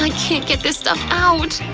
like can't get this stuff out!